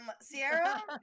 Sierra